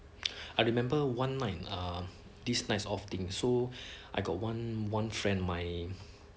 I remember one night err this nights off thing so I got one one friend my